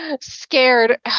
scared